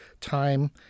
time